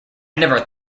never